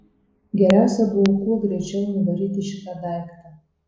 geriausia buvo kuo greičiau nuvaryti šitą daiktą